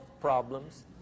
problems